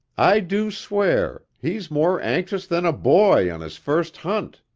i do swear, he's more anxious than a boy on his first hunt!